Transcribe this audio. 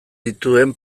dituen